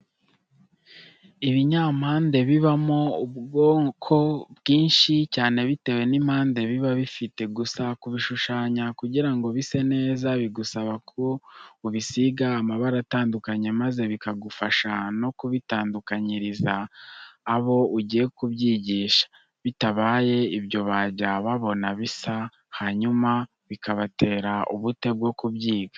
Ibinyampande bibamo ubwoko bwinshi cyane bitewe n'impande biba bifite. Gusa kubishushanya kugira ngo bise neza, bigusaba ko ubisiga amabara atandukanye maze bikagufasha no kubitandukanyiriza abo ugiye kubyigisha, bitabaye ibyo bajya babona bisa hanyuma bikabatera ubute bwo kubyiga.